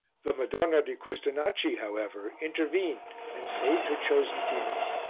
the madonna di custonaci, however, intervened and saved her chosen people.